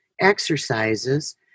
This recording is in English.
exercises